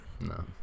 no